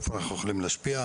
איפה אנחנו יכולים להשפיע,